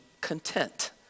content